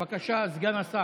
בבקשה, סגן השר,